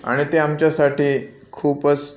आणि ते आमच्यासाठी खूपच